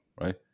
right